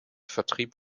vertrieb